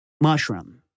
mushroom